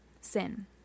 sin